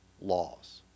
laws